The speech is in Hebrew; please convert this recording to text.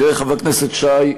תראה, חבר הכנסת שי,